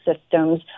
systems